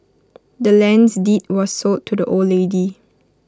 the land's deed was sold to the old lady